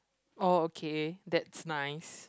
oh okay that's nice